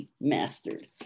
mastered